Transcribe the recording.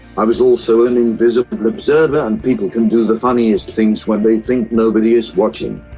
i was also an invisible observer, and people can do the funniest things when they think nobody is watching,